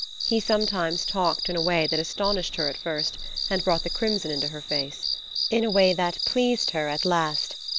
he sometimes talked in a way that astonished her at first and brought the crimson into her face in a way that pleased her at last,